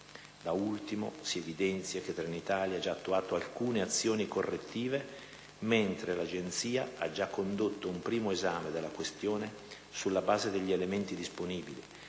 Da ultimo, si evidenzia che Trenitalia ha già attuato alcune azioni correttive, mentre l'Agenzia ha già condotto un primo esame della questione sulla base degli elementi disponibili,